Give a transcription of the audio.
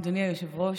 אדוני היושב-ראש,